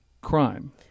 crime